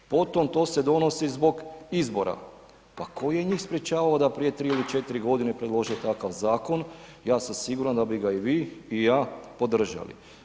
Potom, to se donosi zbog izbora, pa tko je njih sprječavao da prije 3 ili 4 godine predlože takav zakon, ja sam siguran da bi ga i vi i ja podržali.